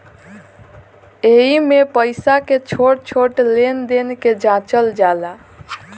एइमे पईसा के छोट छोट लेन देन के जाचल जाला